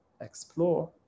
explore